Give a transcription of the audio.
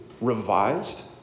revised